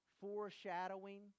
foreshadowing